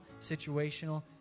situational